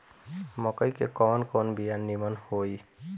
मकई के कवन कवन बिया नीमन होई?